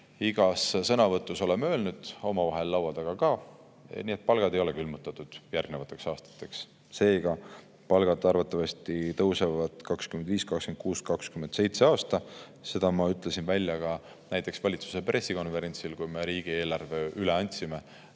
igas sõnavõtus öelnud, omavahel laua taga ka. Nii et palgad ei ole järgnevateks aastateks külmutatud. Seega, palgad arvatavasti tõusevad 2025., 2026., 2027. aastal. Selle ma ütlesin välja ka näiteks valitsuse pressikonverentsil, kui me riigieelarve üle andsime.